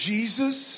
Jesus